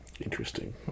Interesting